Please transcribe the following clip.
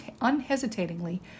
unhesitatingly